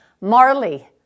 Marley